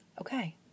okay